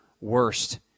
worst